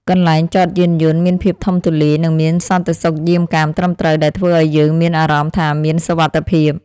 កន្លែងចតយានយន្តមានភាពធំទូលាយនិងមានសន្តិសុខយាមកាមត្រឹមត្រូវដែលធ្វើឱ្យយើងមានអារម្មណ៍ថាមានសុវត្ថិភាព។